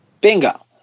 Bingo